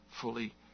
fully